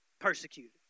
persecuted